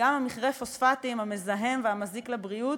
גם מכרה הפוספטים המזהם והמזיק לבריאות,